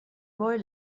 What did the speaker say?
boy